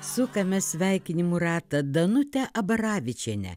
sukame sveikinimų ratą danutę abaravičienę